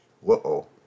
Whoa